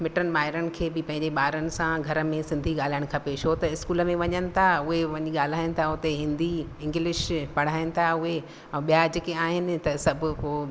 मिटनि माइटनि खे बि पंहिंजे ॿारनि सां घर में सिंधी ॻाल्हाइणु खपे छो त स्कूल में वञनि था उहे वञी ॻाल्हाइनि ता उते हिंदी इंग्लिश पढ़हाइनि था उहे ऐं ॿिया जेके आहिनि त सभु पोइ